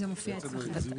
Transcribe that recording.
מכיוון שהממשלה הזאת לא טובה,